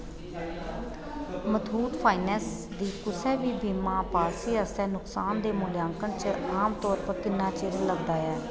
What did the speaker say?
Muthoot finance दी कुसै बी बीमा पालसी आस्तै नकसान दे मूल्यांकन च आमतौरा पर किन्ना चिर लगदा ऐ